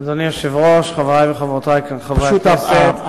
אדוני היושב-ראש, חברי וחברותי חברי הכנסת,